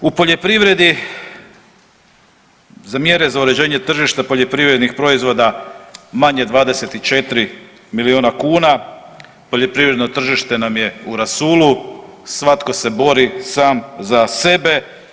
U poljoprivredi za mjere za uređenje tržišta poljoprivrednih proizvoda manje 24 milijuna kuna, poljoprivredno tržište nam je u rasulu, svatko se bori sam za sebe.